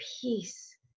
peace